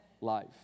life